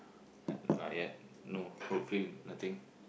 uh not yet no hopefully nothing